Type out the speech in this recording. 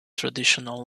traditional